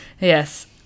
yes